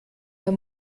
der